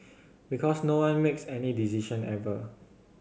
because no one makes any decision ever